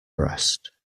breast